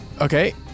Okay